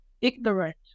ignorant